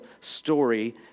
story